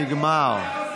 נגמר.